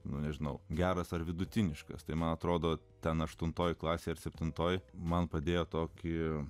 nu nežinau geras ar vidutiniškas tai man atrodo ten aštuntoje klasėje ar septintoje man padėjo tokie